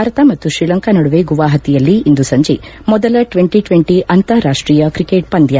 ಭಾರತ ಮತ್ತು ಶ್ರೀಲಂಕಾ ನಡುವೆ ಗುಹಾಹತಿಯಲ್ಲಿ ಇಂದು ಸಂಜೆ ಮೊದಲ ಟಿ ಟ್ವಿಂಟಿ ಅಂತಾರಾಷ್ಟ್ೀಯ ಕ್ರಿಕೆಟ್ ಪಂದ್ಯ